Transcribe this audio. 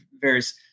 various